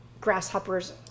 grasshoppers